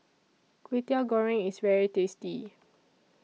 Kway Teow Goreng IS very tasty